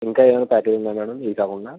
ఇంకా ఏదైనా ప్యాకేజీ ఉందన్న మేడం ఇది కాకుండా